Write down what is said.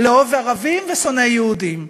לאוהב ערבים ושונא יהודים.